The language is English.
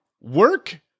work